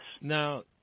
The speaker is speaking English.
Now